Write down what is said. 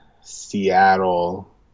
Seattle